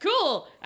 Cool